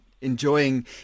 enjoying